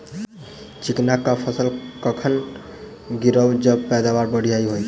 चिकना कऽ फसल कखन गिरैब जँ पैदावार बढ़िया होइत?